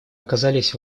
оказались